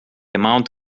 amount